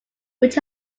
which